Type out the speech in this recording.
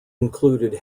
included